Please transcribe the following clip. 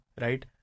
right